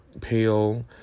pale